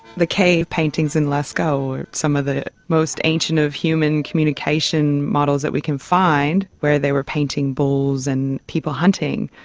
the cave paintings in lascaux were some of the most ancient of human communication models that we can find where they were painting bulls and people hunting.